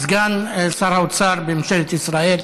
סגן שר האוצר בממשלת ישראל,